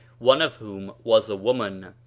one of whom was a woman,